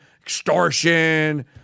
extortion